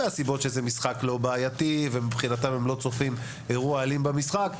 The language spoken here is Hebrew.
מסיבות שזה לא משחק בעייתי ומבחינתה היא לא צופה אירוע אלים במשחק,